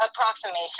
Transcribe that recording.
Approximation